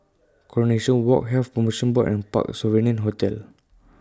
Coronation Walk Health promotion Board and Parc Sovereign Hotel